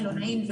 מלונאים,